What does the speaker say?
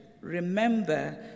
remember